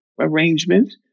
arrangement